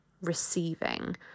receiving